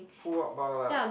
pull up bar lah